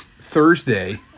Thursday